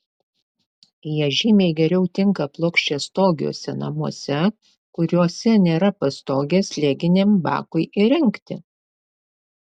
jie žymiai geriau tinka plokščiastogiuose namuose kuriuose nėra pastogės slėginiam bakui įrengti